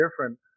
different